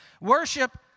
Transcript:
Worship